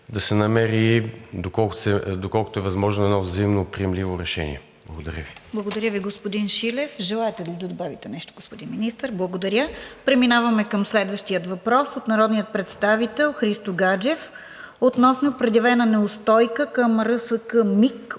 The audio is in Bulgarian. да се намери доколкото е възможно едно взаимно, приемливо решение. Благодаря Ви. ПРЕДСЕДАТЕЛ РОСИЦА КИРОВА: Благодаря Ви, господин Шилев. Желаете ли да добавите нещо, господин Министър? Благодаря. Преминаваме към следващия въпрос от народния представител Христо Гаджев относно предявена неустойка към РСК